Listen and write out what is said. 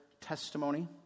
testimony